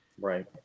Right